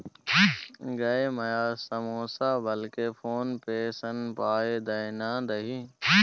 गै माय समौसा बलाकेँ फोने पे सँ पाय दए ना दही